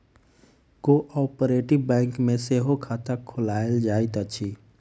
cooperative bank मे सेहो खाता खोलायल जाइत अछि